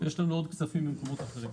יש לנו עוד כספים ממקומות אחרים.